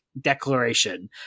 declaration